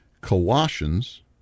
Colossians